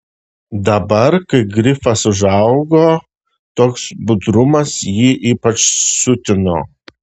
dabar kai grifas užaugo toks budrumas jį ypač siutino